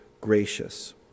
gracious